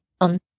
On